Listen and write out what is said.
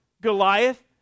Goliath